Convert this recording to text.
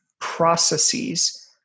processes